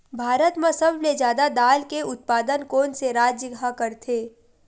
भारत मा सबले जादा दाल के उत्पादन कोन से राज्य हा करथे?